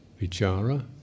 vichara